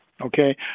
okay